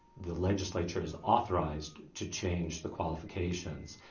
the legislature is authorized to change the qualifications.